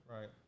Right